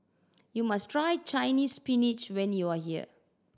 you must try Chinese Spinach when you are here